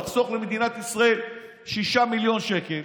תחסוך למדינת ישראל 6 מיליון שקלים